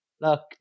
Look